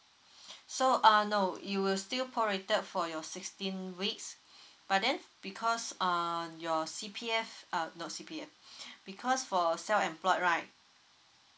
so uh no you will still prorated for your sixteen weeks but then because uh your C_P_F uh no C_P_F because for self employed right